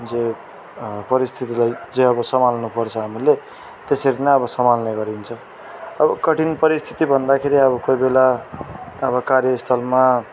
जे परिस्थितिलाई चाहिँ अब सम्हाल्नुपर्छ हामीले त्यसरी नै अब सम्हाल्ने गरिन्छ अब कठिन परिस्थिति भन्दाखेरि अब कोहीबेला अब कार्यस्थलमा